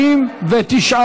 התשע"ז 2017, לא נתקבלה.